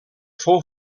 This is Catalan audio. fou